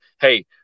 hey